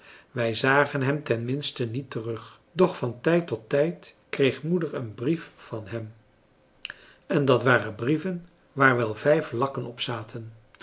wij zagen hem ten minste niet terug doch van tijd tot tijd kreeg moeder een brief van hem en dat waren brieven waar wel vijf lakken op zaten